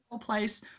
place